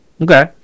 Okay